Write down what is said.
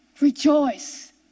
rejoice